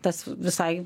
tas visai